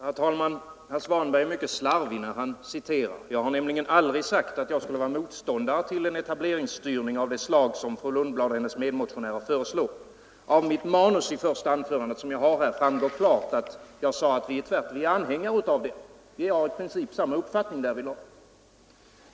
Herr talman! Herr Svanberg är mycket slarvig när han citerar. Jag har nämligen aldrig sagt att jag skulle vara motståndare till en etableringsstyrning av det slag som fru Lundblad och hennes medmotionärer föreslår. Av mitt manuskript till det första anförandet, som jag har här, framgår klart att jag sade att vi är anhängare av detta. Vi har i princip samma uppfattning därvidlag.